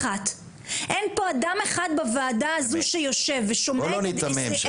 אין אדם אחד פה, בוועדה הזו, --- בואו לא ניתמם.